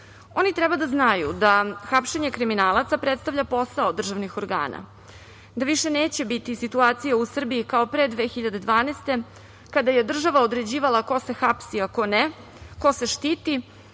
treba da znaju da hapšenje kriminalaca predstavlja posao državnih organa, da više neće biti situacije u Srbiji kao pre 2012. godine kada je država određivala ko se hapsi a ko ne, ko se štiti.